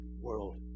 world